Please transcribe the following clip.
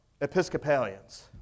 Episcopalians